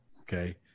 Okay